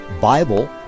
Bible